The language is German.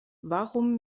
warum